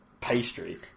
pastry